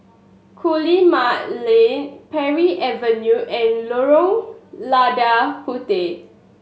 Guillemard Lane Parry Avenue and Lorong Lada Puteh